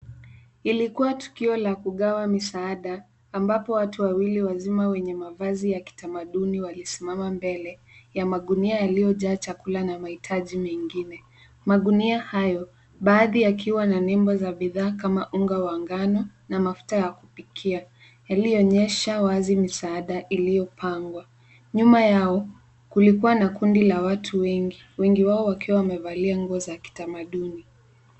Ilikuwa tukio la kugawa misaada ambapo watu wawili wazima wenye mavazi ya kitamaduni walisimama mbele ya magunia yaliyojaa chakula na mahitaji mengine. Magunia hayo baadhi yakiwa na nembo ya bidhaa kama unga wa ngano na mafuta ya kupikia yaliyoonyesha wazi misaada iliyopangwa. Nyuma yao kulikuwa na kundi la watu wengi wao wakiwa wamevalia nguo za kitamaduni.